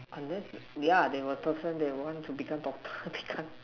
unless yeah they were person they want to become doctor they can't